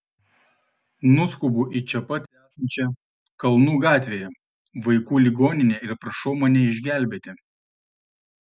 nuskubu į čia pat esančią kalnų gatvėje vaikų ligoninę ir prašau mane išgelbėti